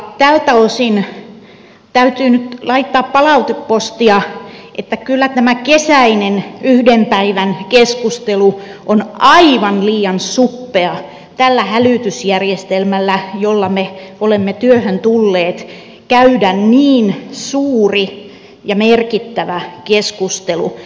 tältä osin täytyy nyt laittaa palautepostia että kyllä tämä yksi kesäinen päivä on aivan liian suppea tällä hälytysjärjestelmällä jolla me olemme työhön tulleet käydä niin suuri ja merkittävä keskustelu